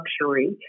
luxury